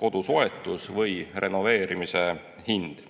kodu soetuse või renoveerimise hind.